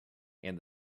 and